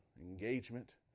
engagement